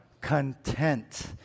Content